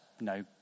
no